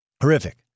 Horrific